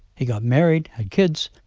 he got married, had kids,